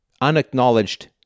unacknowledged